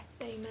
Amen